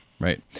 right